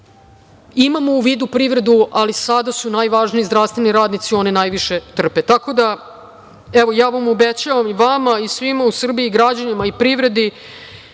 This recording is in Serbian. imamo u vidu privredu, ali sada su najvažniji zdravstveni radnici, oni najviše trpe. Evo, ja vam obećavam i vama i svima u Srbiji, građanima i privredi,